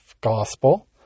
gospel